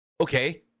okay